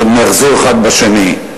עוד נאחזו אחד בשני.